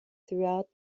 throughout